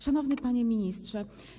Szanowny Panie Ministrze!